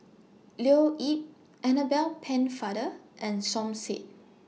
Leo Yip Annabel Pennefather and Som Said